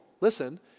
listen